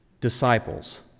Disciples